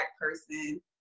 person